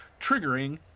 triggering